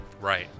Right